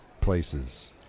places